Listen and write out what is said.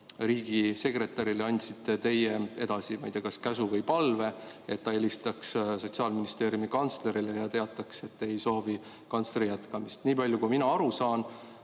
riigisekretärile, ma ei tea, kas käsu või palve, et ta helistaks Sotsiaalministeeriumi kantslerile ja teataks, et ei soovi kantsleri jätkamist. Nii palju kui mina aru saan